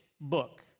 book